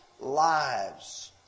lives